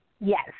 Yes